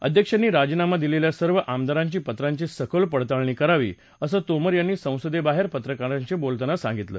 अध्यक्षांनी राजीनामा दिलेल्या सर्व आमदारांची पत्रांची सखोल पडताळणी करावी असं तोमर यांनी संसदेबाहेर पत्रकारांशी बोलतांना सांगितलं